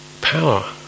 power